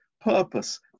purpose